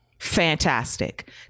fantastic